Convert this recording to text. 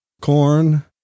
Corn